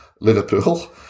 Liverpool